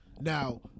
Now